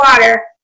water